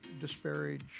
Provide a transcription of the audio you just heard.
disparage